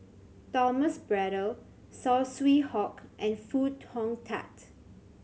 Thomas Braddell Saw Swee Hock and Foo Hong Tatt